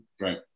Right